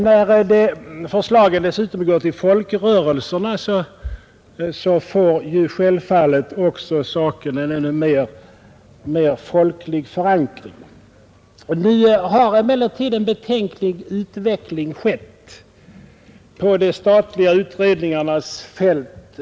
I de fall förslagen går till folkrörelserna får självfallet saken en ännu mer folklig förankring. Nu har emellertid en betänklig utveckling skett på de statliga utredningarnas fält.